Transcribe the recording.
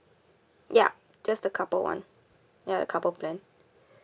yup just the couple [one] ya the couple plan